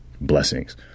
blessings